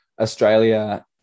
Australia